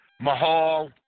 Mahal